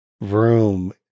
room